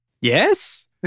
Yes